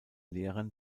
lehrern